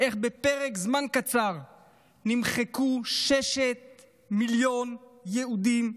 איך בפרק זמן קצר נמחקו שישה מיליון יהודים,